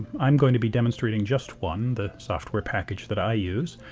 i'm going to be demonstrating just one, the software package that i use,